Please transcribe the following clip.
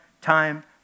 time